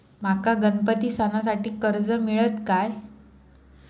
माका गणपती सणासाठी कर्ज मिळत काय?